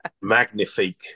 Magnifique